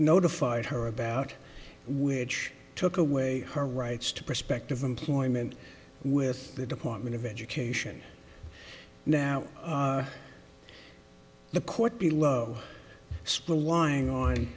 notified her about which took away her rights to prospective employment with the department of education now the court below school lying on